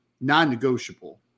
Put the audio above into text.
non-negotiable